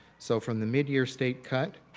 so from the midyear state cut,